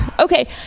Okay